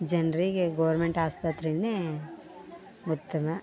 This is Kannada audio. ಜನರಿಗೆ ಗೋರ್ಮೆಂಟ್ ಆಸ್ಪತ್ರೆ ಉತ್ತಮ